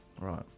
right